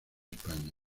españa